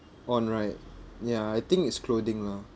on right ya I think it's clothing lah